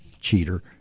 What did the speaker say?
Cheater